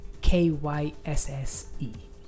K-Y-S-S-E